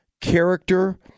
Character